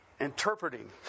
interpreting